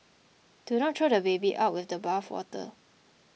do not throw the baby out with the bathwater